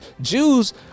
Jews